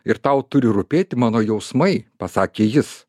ir tau turi rūpėti mano jausmai pasakė jis